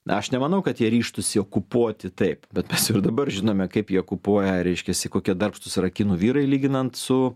na aš nemanau kad jie ryžtųsi okupuoti taip bet mes ir dabar žinome kaip jie okupuoja reiškiasi kokie darbštūs yra kinų vyrai lyginant su